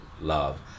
love